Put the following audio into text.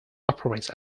operates